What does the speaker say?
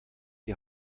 die